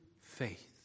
faith